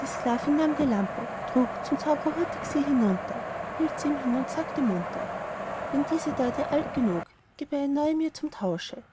die sklavin nahm die lampe trug zum zaubrer hurtig sie hinunter hielt ihm sie hin und sagte munter wenn diese da dir alt genug gib eine neue mir zum tausche